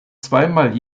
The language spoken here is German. zweimal